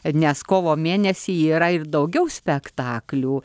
nes kovo mėnesį yra ir daugiau spektaklių